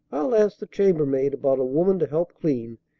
i'll ask the chambermaid about a woman to help clean,